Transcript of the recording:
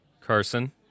Carson